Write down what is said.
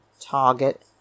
target